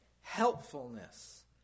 helpfulness